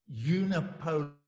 unipolar